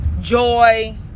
joy